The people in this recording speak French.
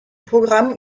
programme